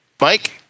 Mike